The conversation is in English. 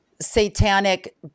satanic